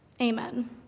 Amen